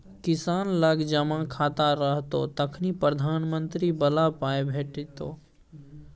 किसान लग जमा खाता रहतौ तखने प्रधानमंत्री बला पाय भेटितो